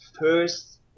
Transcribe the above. first